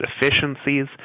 efficiencies